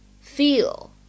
feel